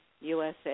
USA